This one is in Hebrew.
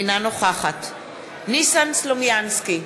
אינה נוכחת ניסן סלומינסקי,